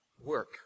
Work